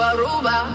Aruba